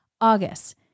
August